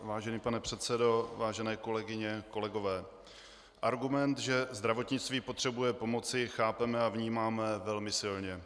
Vážený pane předsedo, vážené kolegyně, kolegové, argument, že zdravotnictví potřebuje pomoci, chápeme a vnímáme velmi silně.